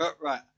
Right